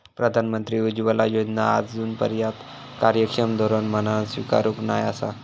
प्रधानमंत्री उज्ज्वला योजना आजूनपर्यात कार्यक्षम धोरण म्हणान स्वीकारूक नाय आसा